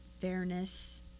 fairness